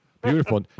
Beautiful